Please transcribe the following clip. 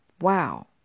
wow